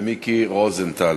ומיקי רוזנטל.